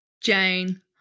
Jane